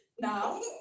now